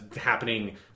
happening